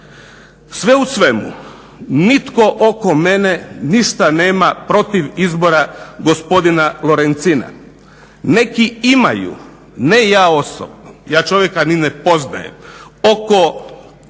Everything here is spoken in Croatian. Sve u svemu nitko oko mene ništa nema protiv izbora gospodina Lorencina. Neki imaju, ne ja osobno, ja čovjeka ni ne poznajem. Oko